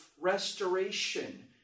restoration